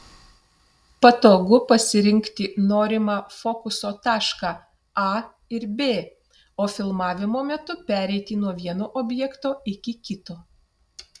patogu pasirinkti norimą fokuso tašką a ir b o filmavimo metu pereiti nuo vieno objekto iki kito